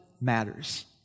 matters